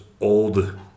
old